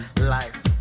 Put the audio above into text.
life